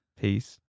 Peace